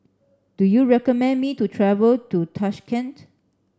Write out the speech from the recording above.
do you recommend me to travel to Tashkent